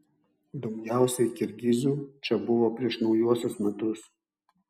daugiausiai kirgizių čia buvo prieš naujuosius metus